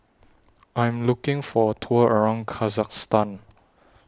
I Am looking For A Tour around Kyrgyzstan